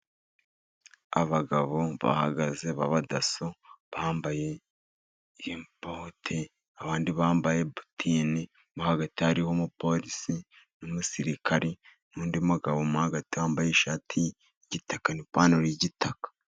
Abagabo bahagaze b'abadaso bambaye boti, abandi bambaye butini , mo hagati hariho umupolisi n'umusirikari, n'undi mugabo uri mo hagati wambaye ishati y'igitaka, ipantaro y'igitaka.